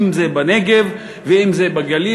אם בנגב ואם בגליל.